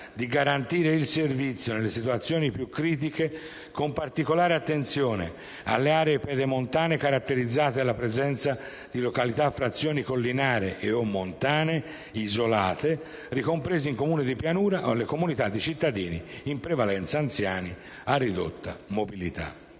di garantire il servizio nelle situazioni più critiche con particolare attenzione alle aree pedemontane caratterizzate dalla presenza di località o frazioni collinari e/o montane isolate ricomprese in comuni di pianura e alle comunità di cittadini in prevalenza anziani a ridotta mobilità;